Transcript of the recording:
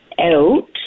out